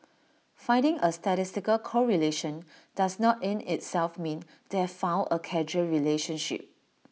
finding A statistical correlation does not in itself mean they have found A causal relationship